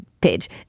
page